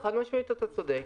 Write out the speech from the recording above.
חד-משמעית אתה צודק.